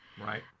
Right